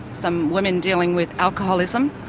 some women dealing with alcoholism,